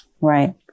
Right